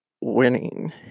winning